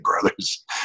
Brothers